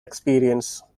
experience